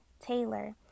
Taylor